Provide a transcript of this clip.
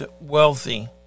wealthy